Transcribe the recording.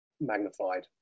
magnified